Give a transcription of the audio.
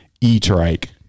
e-trike